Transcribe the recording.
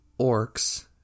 orcs